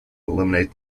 eliminate